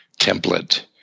template